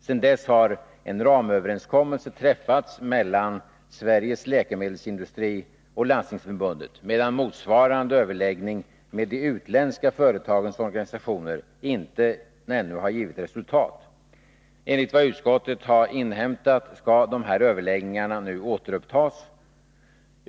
Sedan dess har ramöverenskommelser träffats mellan Sveriges läkemedelsindustri och Landstingsförbundet, medan motsvarande överläggning med de utländska företagens organisationer inte ännu givit resultat. Enligt vad utskottet inhämtat skall dessa överläggningar nu återupptagas.